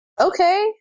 Okay